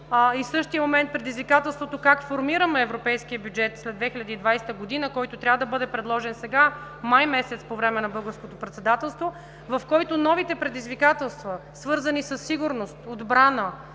в същия момент предизвикателството как формираме европейския бюджет след 2020 г., който трябва да бъде предложен сега, май месец, по време на Българското председателство, в който новите предизвикателства, свързани със сигурност, отбрана,